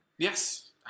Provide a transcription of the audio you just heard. Yes